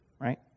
Right